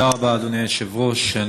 תודה רבה, אדוני היושב-ראש.